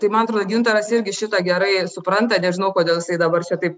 tai man atrodo gintaras irgi šitą gerai supranta nežinau kodėl jisai dabar taip